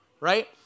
Right